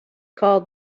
called